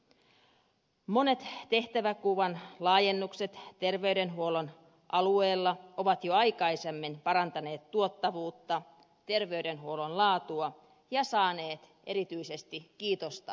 monet tehtävänkuvan laajennukset terveydenhuollon alueella ovat jo aikaisemmin parantaneet tuottavuutta ja terveydenhuollon laatua ja saaneet erityisesti kiitosta potilailta